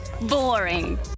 boring